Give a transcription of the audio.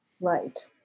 Right